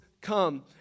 come